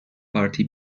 پارتی